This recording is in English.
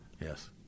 Yes